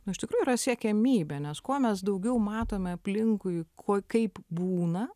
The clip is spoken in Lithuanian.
nu iš tikrųjų yra siekiamybė nes kuo mes daugiau matome aplinkui kuo kaip būna